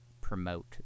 promote